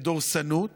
בדורסנות